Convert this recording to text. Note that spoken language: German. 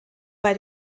bei